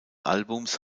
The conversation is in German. albums